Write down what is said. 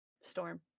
storm